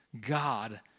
God